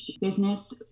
business